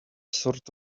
sort